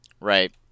right